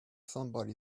somebody